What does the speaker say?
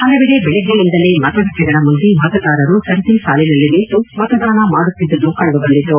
ಹಲವೆಡೆ ಬೆಳಗ್ಗೆಯಿಂದಲೇ ಮತಗಟ್ಟೆಗಳ ಮುಂದೆ ಮತದಾರರು ಸರದಿ ಸಾಲಿನಲ್ಲಿ ನಿಂತು ಮತದಾನ ಮಾಡುತ್ತಿದ್ದುದು ಕಂಡುಬಂದಿತು